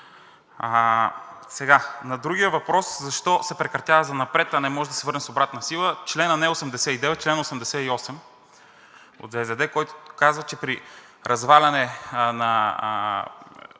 вещ. На другия въпрос: защо се прекратява занапред, а не може да се върне с обратна сила? Членът не е 89, членът е 88 от ЗЗД, който казва, че при разваляне на